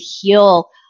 heal